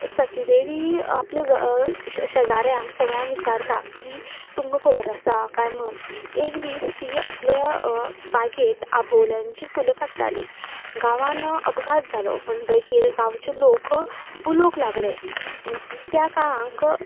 सतीदेवी आपल्या शेजाऱ्यांक सगळ्यांक विचारता की तुमकां खबर आसा काय म्हूण एक दीस ती आपल्या बागेंत आबोल्यांची फुलां काडटाली गांवांत अपघात जालो म्हणटकच गांवचे लोक उलोवंक लागले त्या काळांत